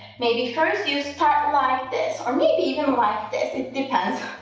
maybe first you start like this or maybe even like this, it depends,